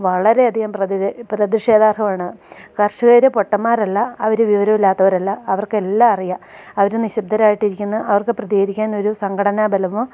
വളരെയധികം പ്രതി പ്രതിഷേധാർഹമാണ് കർഷകർ പൊട്ടന്മാരല്ല അവർ വിവരമില്ലാത്തവരല്ല അവർക്കെല്ലാം അറിയാം അവർ നിശബ്ദരായിട്ടിരിക്കുന്ന അവർക്ക് പ്രതികരിക്കാൻ ഒരു സംഘടനാ ബലമോ